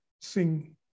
sing